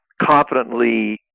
confidently